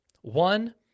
One